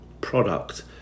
product